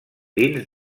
dins